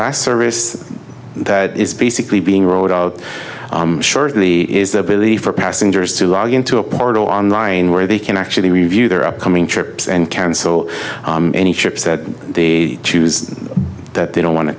last service that is basically being rolled out shortly is the belief for passengers to log into a portal online where they can actually review their upcoming trips and cancel any ships that they choose that they don't want to